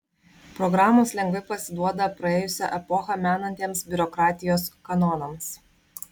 programos lengvai pasiduoda praėjusią epochą menantiems biurokratijos kanonams